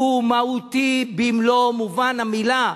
הוא מהותי במלוא מובן המלה.